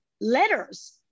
letters